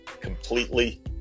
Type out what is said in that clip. completely